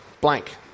blank